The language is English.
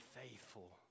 faithful